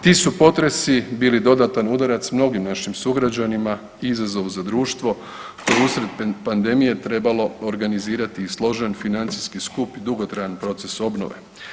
Ti su potresi bili dodatan udarac mnogim našim sugrađanima i izazov za društvo koje je usred pandemije trebalo organizirati složen financijski skup i dugotrajan proces obnove.